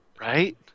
Right